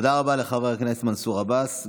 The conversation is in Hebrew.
תודה רבה לחבר הכנסת מנסור עבאס.